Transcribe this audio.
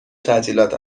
تعطیلات